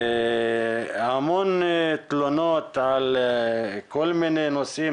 המון תלונות על כל מיני נושאים.